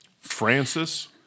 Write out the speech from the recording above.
Francis